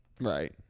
Right